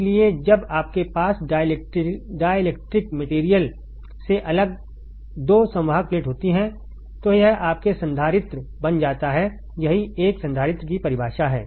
इसलिए जब आपके पास डाईलेक्ट्रिक् मटेरियल से अलग 2 संवाहक प्लेट होती है तो यह आपके संधारित्र बन जाता है यही एक संधारित्र की परिभाषा है